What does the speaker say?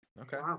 Okay